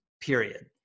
period